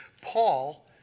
Paul